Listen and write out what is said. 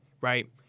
right